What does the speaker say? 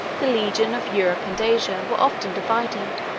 the legions of europe and asia, were often divided,